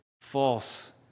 false